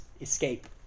escape